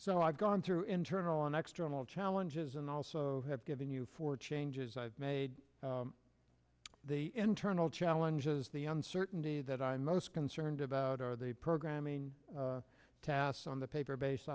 so i've gone through internal and external challenges and also have given you four changes i've made the internal challenges the uncertainty that i'm most concerned about are the programming tasks on the paper based